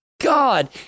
God